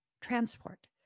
transport